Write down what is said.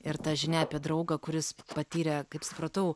ir ta žinia apie draugą kuris patyrė kaip supratau